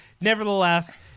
Nevertheless